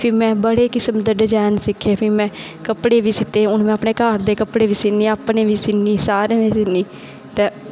फिर में बड़े किस्म दे डिजाईन सिक्खे फिर में कपड़े बी सीह्ते होर अपने घर दे कपड़े बी सीह्नी अपने बी सीह्नी